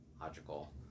logical